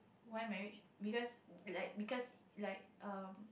why marriage because like because like um